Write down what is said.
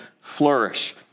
flourish